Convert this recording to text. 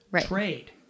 Trade